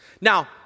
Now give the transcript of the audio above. Now